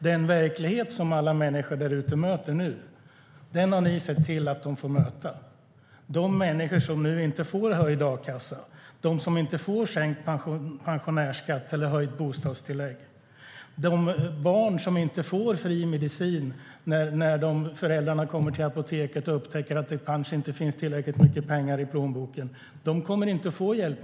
Den verklighet som alla människor där ute möter nu har ni sett till att de får möta - de människor som nu inte får höjd a-kassa, de som inte får sänkt pensionärsskatt eller höjt bostadstillägg och de barn som inte får fri medicin när föräldrarna kommer till apoteket och upptäcker att det kanske inte finns tillräckligt mycket med pengar i plånboken. Dessa människor kommer inte att få denna hjälp.